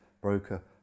broker